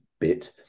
bit